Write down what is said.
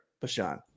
Bashan